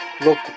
look